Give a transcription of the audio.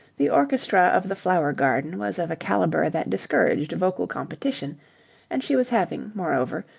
the orchestra of the flower garden was of a calibre that discouraged vocal competition and she was having, moreover,